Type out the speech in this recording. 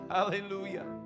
Hallelujah